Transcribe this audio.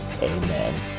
Amen